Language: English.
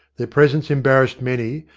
their presence embarrassed many,